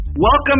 Welcome